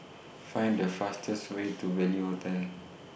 Find The fastest Way to Value Hotel